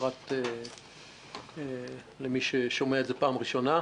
בפרט למי ששומע את זה בפעם הראשונה.